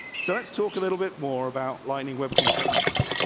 so let's talk a little bit more about lining web components.